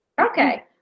Okay